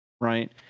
right